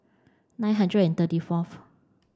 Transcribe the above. nine hundred and thirty fourth